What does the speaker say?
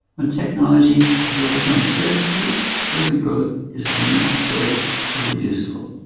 when technology has overcome scarcity further growth is unnecessary or reducible.